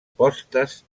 postes